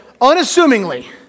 unassumingly